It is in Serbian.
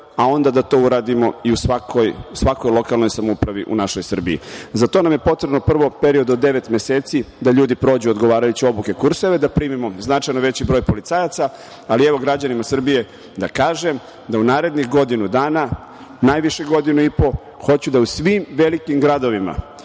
a onda da to uradimo i u svakoj lokalnoj samoupravi u našoj Srbiji. Za to nam je potreban prvo period od devet meseci da ljudi prođu odgovarajuće obuke i kurseve, da primimo značajno veći broj policajaca. Ali, evo, građanima Srbije da kažem da u narednih godinu dana, najviše godinu i po, hoću da u da svim velikim gradovima